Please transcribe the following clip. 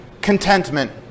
contentment